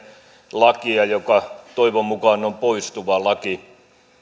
lakia joka toivon mukaan on poistuva laki